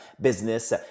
business